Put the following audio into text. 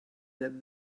that